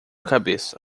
cabeça